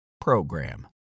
PROGRAM